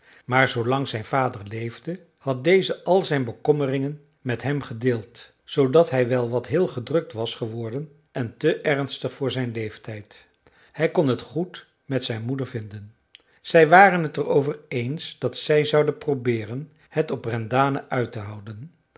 maar zoo lang zijn vader leefde had deze al zijn bekommeringen met hem gedeeld zoodat hij wel wat heel gedrukt was geworden en te ernstig voor zijn leeftijd hij kon het goed met zijn moeder vinden zij waren het er over eens dat zij zouden probeeren het op brendane uit te houden